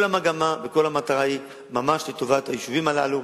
כל המגמה וכל המטרה היא לטובת היישובים הללו.